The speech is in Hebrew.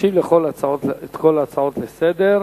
להשיב על כל ההצעות לסדר-היום.